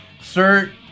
Sir